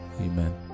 Amen